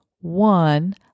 one